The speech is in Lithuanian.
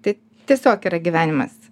tai tiesiog yra gyvenimas